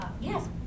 yes